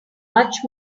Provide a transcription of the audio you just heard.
much